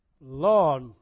Lord